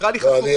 תקרא לי חצוף.